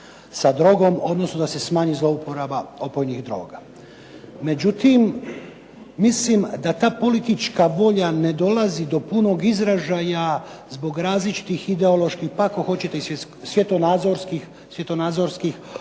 sa drogom, odnosno da se smanji zlouporaba opojnih droga. Međutim mislim da ta politička volja ne dolazi do punog izražaja zbog različitih ideoloških, pa ako hoćete i svjetonazorskih ograda.